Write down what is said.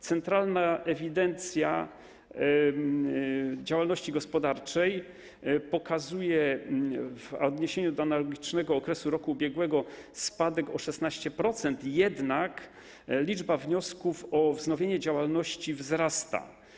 Centralna Ewidencja Działalności Gospodarczej pokazuje w odniesieniu do analogicznego okresu roku ubiegłego spadek o 16%, jednak liczba wniosków o wznowienie działalności wzrasta.